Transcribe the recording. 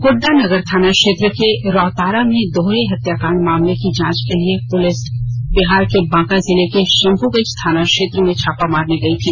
गोड्डा नगर थाना क्षेत्र के रौतारा में दोहरे हत्याकांड मामले की जांच के लिए पुलिस बिहार के बांका जिले के शंभुगंज थाना क्षेत्र में छापा मारने गई थी